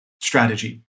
strategy